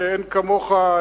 שאין כמוך,